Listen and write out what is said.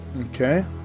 Okay